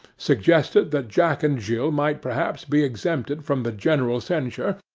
suggested that jack and jill might perhaps be exempted from the general censure,